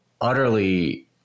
utterly